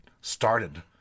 started